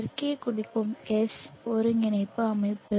தெற்கே குறிக்கும் எஸ் ஒருங்கிணைப்பு அமைப்பு